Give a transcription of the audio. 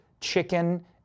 chicken